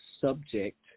subject